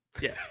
Yes